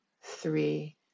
three